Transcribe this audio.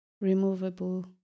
removable